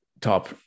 top